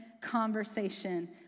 conversation